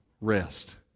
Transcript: rest